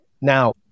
Now